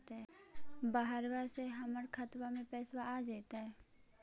बहरबा से हमर खातबा में पैसाबा आ जैतय?